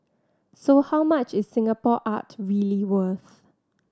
so how much is Singapore art really worth